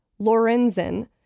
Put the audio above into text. Lorenzen